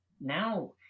now